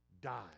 die